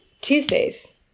Tuesdays